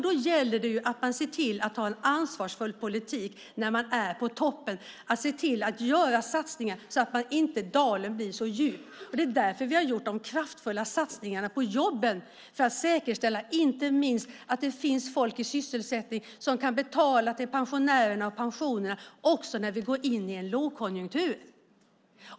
Då gäller det att man ser till att ha en ansvarsfull politik när man är på toppen och att se till att göra satsningar så att dalen inte blir så djup. Det är därför vi har gjort de kraftfulla satsningarna på jobben, för att säkerställa inte minst att det finns folk i sysselsättning som kan betala till pensionerna också när vi går in i en lågkonjunktur.